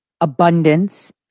abundance